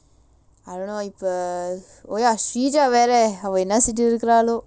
I don't know இப்ப:ippa oh ya sreeja வேற அவ என்னா செஞ்சிட்டு இருக்குறாளோ:vera ava ennaa senjitu irukkuraalo